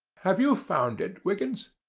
have you found it, wiggins?